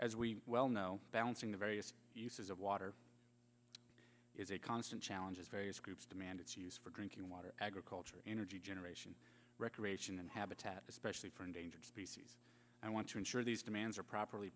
as we well know balancing the various uses of water is a constant challenge as various groups demanded use for drinking water agriculture energy generation recreation and habitat especially for endangered species i want to ensure these demands are properly